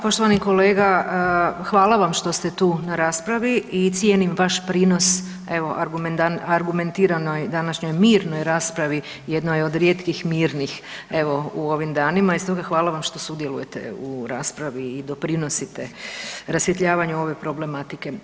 Poštovani kolega, hvala vam što ste tu na raspravi i cijenim vaš prinos evo argumentiranoj današnjoj mirnoj raspravi, jednoj od rijetkih mirnih evo u ovim danima i stoga hvala vam što sudjelujete u raspravi i doprinosite rasvjetljavanju ove problematike.